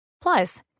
Plus